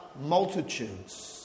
multitudes